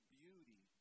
beauty